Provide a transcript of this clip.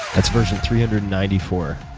that's version three hundred and ninety four.